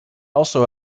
also